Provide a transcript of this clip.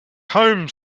home